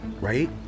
right